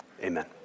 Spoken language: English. amen